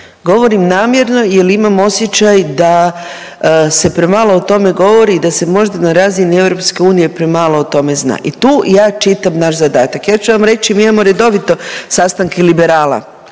Govorim namjerno jer imam osjećaj da se premalo o tome govori i da se možda na razini EU premalo o tome zna i tu ja čitam naš zadatak. Ja ću vam reći, mi imao redovito sastanke Liberala,